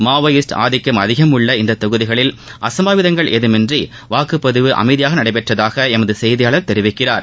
Maoist ஆதிக்கம் அதிகம் உள்ள இந்த தொகுதிகளில் அசம்பாவிதங்கள் ஏதமின்றி வாக்குப்பதிவு அமைதியாக நடைபெற்றதாக எமது செய்தியாளர் தெரிவிக்கிறார்